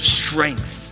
strength